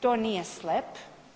to nije slep.